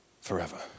forever